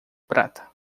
prata